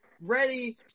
ready